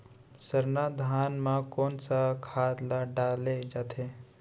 सरना धान म कोन सा खाद ला डाले जाथे?